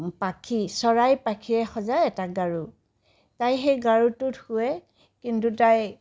পাখী চৰাইৰ পাখীৰে সজা এটা গাৰু তাই সেই গাৰুটোত শুৱে কিন্তু তাই